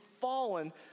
fallen